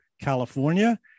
California